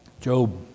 Job